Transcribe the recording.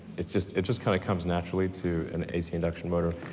it just it just kinda comes naturally to an ac induction motor.